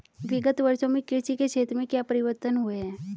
विगत वर्षों में कृषि के क्षेत्र में क्या परिवर्तन हुए हैं?